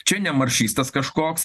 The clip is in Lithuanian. čia ne maršistas kažkoks